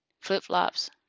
flip-flops